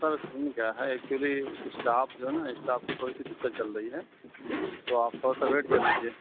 سر scene کیا ہے actually staff جو ہے نا اسٹاف کی تھوڑی سی دقت چل رہی ہے تو آپ تھوڑا سا ویٹ کر لیجیے